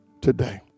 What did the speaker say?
today